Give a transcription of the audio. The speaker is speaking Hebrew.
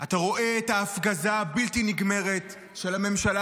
אתה רואה את ההפגזה הבלתי-נגמרת של הממשלה